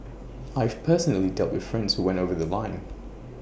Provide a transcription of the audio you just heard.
I've personally dealt with friends who went over The Line